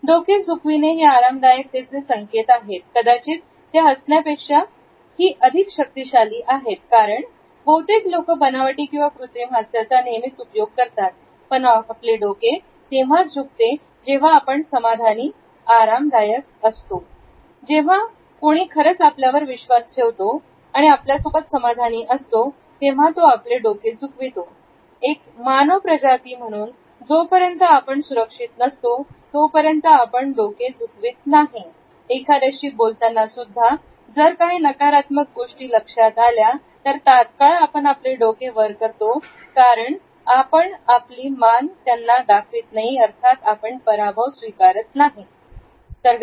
डोके झूकवीने हे आरामदायक तेचे संकेत आहेत कदाचित ते हसण्यापेक्षा ही अधिक शक्तिशाली आहे कारण बहुतेक लोक बनावटी किंवा कृत्रिम हास्याचा नेहमीच उपयोग करतात पण आपले डोके तेव्हाच झुकते तेव्हा आपण समाधानी आरामदायक असतो जेव्हा कोणी खरच आपल्यावर विश्वास ठेवतो आपल्यासोबत समाधानी असतो तेव्हा तो आपले डोके झुकवतो एक मानव प्रजाती म्हणून जोपर्यंत आपण सुरक्षित नसतो तोपर्यंत आपण डोके झोप येत नाही एखाद्याशी बोलतानासुद्धा जर काही नकारात्मक गोष्टी लक्षात आल्या तर तात्काळ आपण आपले डोके वर करतो कारण आपण आपले मान दाखवीत नाही अर्थात पराभव स्वीकारत नाही हे दाखविण्याचा प्रयत्न करतो